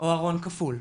או ארון כפול.